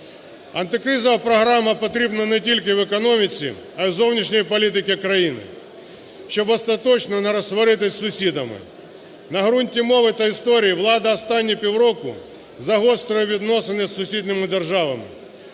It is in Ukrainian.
Антикризова програма потрібна не тільки в економіці, а і в зовнішній политике країни, щоби остаточно не розсваритися із сусідами. На ґрунті мови та історії влада останні півроку загострює відносини із сусідніми державами.